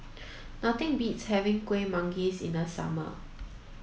nothing beats having Kueh Manggis in the summer